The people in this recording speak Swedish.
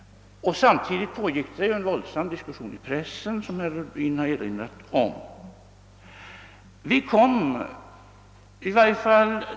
Samtidigt pågick en våldsam diskussion i pressen, som herr Rubin har erinrat om.